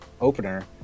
opener